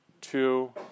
two